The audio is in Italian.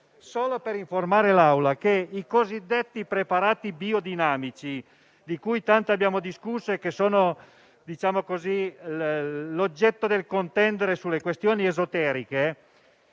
solo informare l'Assemblea che i cosiddetti preparati biodinamici, di cui tanto abbiamo discusso e che sono l'oggetto del contendere sulle questioni esoteriche,